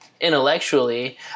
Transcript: Intellectually